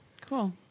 Cool